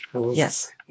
yes